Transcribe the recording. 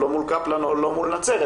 לא מול קפלן ולא מול נצרת,